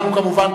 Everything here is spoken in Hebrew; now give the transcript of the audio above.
אנחנו כמובן,